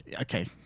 okay